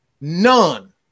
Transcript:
None